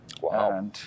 Wow